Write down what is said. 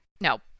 No